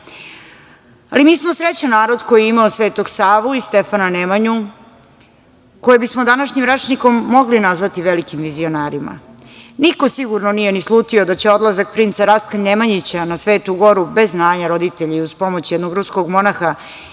danas. Mi smo srećan narod koji je imao Svetog Savu i Stefana Nemanju, a koje bismo današnjim rečnikom mogli nazvati velikim vizionarima. Niko sigurno nije ni slutio da će odlazak princa Rastka Nemanjića na Svetu goru bez znanja roditelja i uz pomoć jednog ruskog monaha